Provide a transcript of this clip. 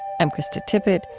i'm krista tippett.